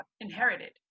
inherited